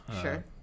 Sure